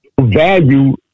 value